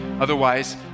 Otherwise